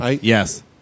Yes